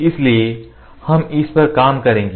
इसलिए हम इस पर काम करेंगे